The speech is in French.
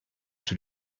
tout